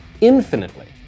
infinitely